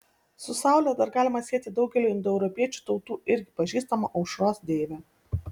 su saule dar galima sieti daugeliui indoeuropiečių tautų irgi pažįstamą aušros deivę